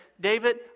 David